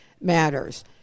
matters